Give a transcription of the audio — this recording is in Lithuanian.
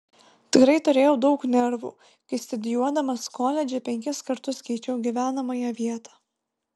tikrai turėjau daug nervų kai studijuodamas koledže penkis kartus keičiau gyvenamąją vietą